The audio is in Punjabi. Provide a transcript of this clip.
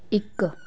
ਇੱਕ